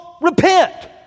Repent